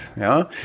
ja